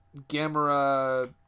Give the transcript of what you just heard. Gamera